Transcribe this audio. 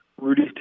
Rudy